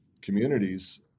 communities